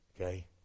Okay